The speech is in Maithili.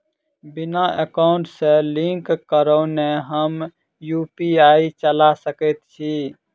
बिना एकाउंट सँ लिंक करौने हम यु.पी.आई चला सकैत छी?